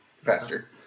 Faster